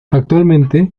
actualmente